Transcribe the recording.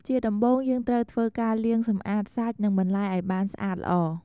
ជាដំបូងយើងត្រូវធ្វើការលាងសម្អាតសាច់និងបន្លែឲ្យបានស្អាតល្អ។